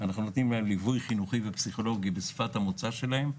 נותנים להם ליווי חינוכי ופסיכולוגי בשפת המוצא שלהם.